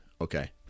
Okay